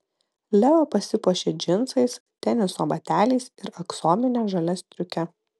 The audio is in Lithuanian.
leo pasipuošia džinsais teniso bateliais ir aksomine žalia striuke